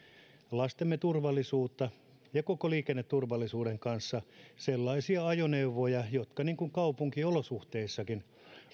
lastemme turvallisuutta ja koko liikenneturvallisuuden nimissä sellaisia ajoneuvoja jotka kaupunkiolosuhteissakin